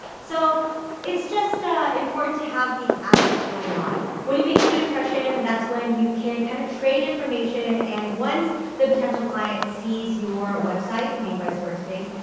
so it's just important to have these assets going on. when you make a good impression that's when you can kind of trade information and once the potential client sees your website made by squarespace,